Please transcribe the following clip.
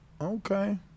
okay